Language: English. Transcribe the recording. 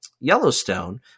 Yellowstone